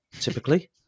typically